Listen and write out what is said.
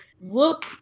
look